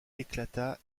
éclata